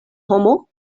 homo